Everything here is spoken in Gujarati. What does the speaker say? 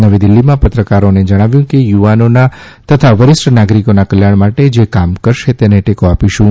નવીદિલ્હીમાં પત્રકારોને જણાવ્યું કે યુવાનોના તથા વરિષ્ઠ નાગરિકોના કલ્યાણ માટે જે કામ કરશે તેને ટેકો આપીશું